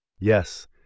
Yes